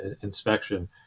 inspection